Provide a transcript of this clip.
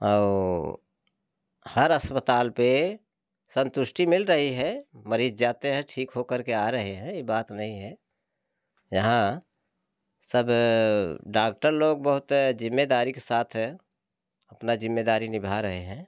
औ हर अस्पताल पर संतुष्टि मिल रही है मरीज जाते हैं ठीक होकर के आ रहे हैं ये बात नहीं है यहाँ सब डॉक्टर लोग बहुत ज़िम्मेदारी के साथ हैं अपना जिम्मेदारी निभा रहें हैं